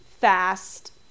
fast